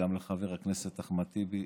וגם לחבר הכנסת אחמד טיבי.